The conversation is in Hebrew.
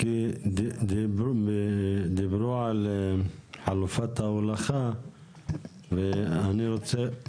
כי דיברו על חלופת ההולכה, ואני רוצה לשמוע אותם.